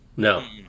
No